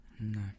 No